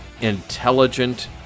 intelligent